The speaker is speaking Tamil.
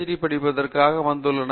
டி பட்டத்திற்காக வந்துள்ளனர்